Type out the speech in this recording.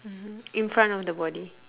mmhmm in front of the body